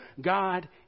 God